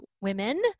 women